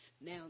now